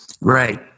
Right